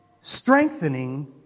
strengthening